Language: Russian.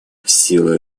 силу